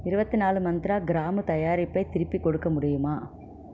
இருபத்து நாலு மந்த்ரா கிராம்பு தயாரிப்பை திருப்பிக் கொடுக்க முடியுமா